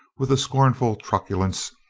with a scornful truculence,